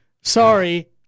Sorry